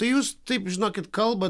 tai jūs taip žinokit kalbat